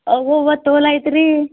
ಅವ್ವವ್ವ ತೋಲ್ ಐತಿ ರೀ